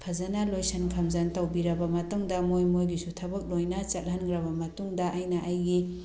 ꯐꯖꯅ ꯂꯣꯏꯁꯤꯟ ꯈꯣꯝꯖꯟ ꯇꯧꯕꯤꯔꯕ ꯃꯇꯨꯡꯗ ꯃꯣꯏ ꯃꯣꯏꯒꯤꯁꯨ ꯊꯕꯛ ꯂꯣꯏꯅ ꯆꯠꯍꯟꯈ꯭ꯔꯕ ꯃꯇꯨꯡꯗ ꯑꯩꯅ ꯑꯩꯒꯤ